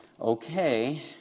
okay